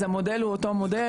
אז המודל הוא אותו מודל.